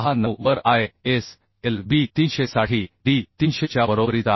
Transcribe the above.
369 वरISLB 300 साठी D 300 च्या बरोबरीचा आहे